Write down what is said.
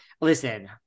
Listen